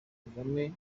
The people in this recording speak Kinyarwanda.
kagame